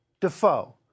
Defoe